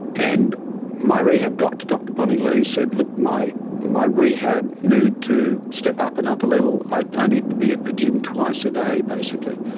and my rehab doctor, dr bonne lee, said, look, my my rehab needed to step up another level, i needed to be at the gym twice a day basically.